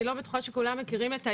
אני לא בטוחה שכולם מכירים את האיגוד,